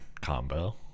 combo